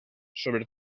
sobre